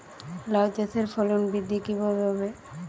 লাউ চাষের ফলন বৃদ্ধি কিভাবে হবে?